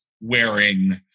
wearing